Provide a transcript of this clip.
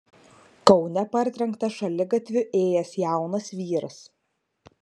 kaune partrenktas šaligatviu ėjęs jaunas vyras